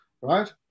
right